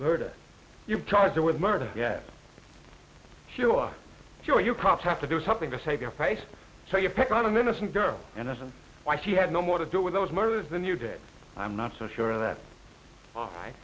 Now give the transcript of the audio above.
murder you've charged with murder yet sure sure you cops have to do something to save your face so you pick on him innocent girl innocent why she had no more to do with those murders than you did i'm not so sure that